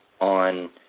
on